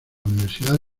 universidad